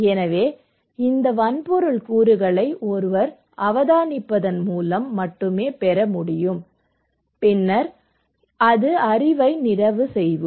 எனவே இந்த வன்பொருள் கூறுகளை ஒருவர் அவதானிப்பதன் மூலம் மட்டுமே பெற முடியும் பின்னர் அது அறிவை நிறைவு செய்யும்